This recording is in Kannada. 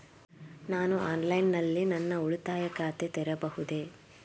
ನಾನು ಆನ್ಲೈನ್ ನಲ್ಲಿ ನನ್ನ ಉಳಿತಾಯ ಖಾತೆ ತೆರೆಯಬಹುದೇ?